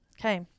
Okay